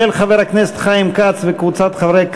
של חבר הכנסת חיים כץ וקבוצת חברי הכנסת,